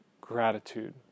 gratitude